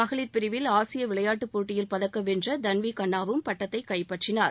மகளிர் பிரிவில் ஆசிய விளையாட்டுப் போட்டியில் பதக்கம் வென்ற தன்வீ அன்னாவும் பட்டத்தை கைப்பற்றினார்